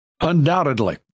Undoubtedly